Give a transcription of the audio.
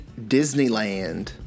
Disneyland